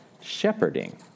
shepherding